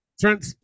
Trent